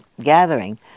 gathering